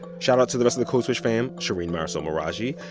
shout-out to the rest of the code switch fam shereen marisol meraji,